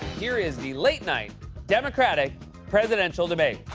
here is the late night democratic presidential debate.